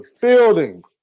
building